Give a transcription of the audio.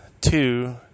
two